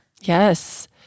Yes